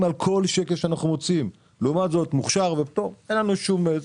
על המוכש"ר ועל הפטור אין לנו אחריות,